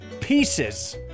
pieces